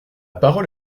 parole